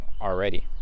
already